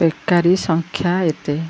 ବେକାରୀ ସଂଖ୍ୟା ଏତେ